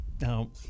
Now